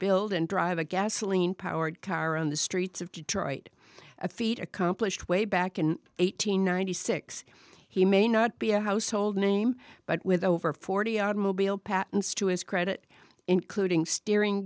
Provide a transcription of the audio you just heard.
build and drive a gasoline powered car on the streets of detroit a feat accomplished way back in one thousand nine hundred six he may not be a household name but with over forty odd immobile patents to his credit including steering